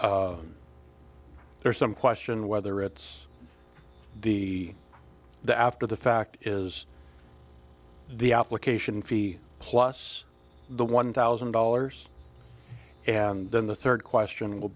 there's some question whether it's the the after the fact is the application fee plus the one thousand dollars and then the third question will